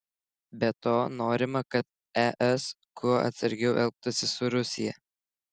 be to norima kad es kuo atsargiau elgtųsi su rusija